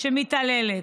שמתעללת,